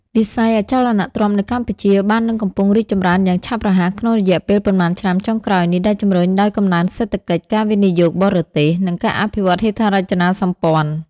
វិស័យអចលនទ្រព្យនៅកម្ពុជា បាននិងកំពុងរីកចម្រើនយ៉ាងឆាប់រហ័សក្នុងរយៈពេលប៉ុន្មានឆ្នាំចុងក្រោយនេះ ដែលជំរុញដោយកំណើនសេដ្ឋកិច្ច ការវិនិយោគបរទេស និងការអភិវឌ្ឍហេដ្ឋារចនាសម្ព័ន្ធ។